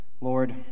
Lord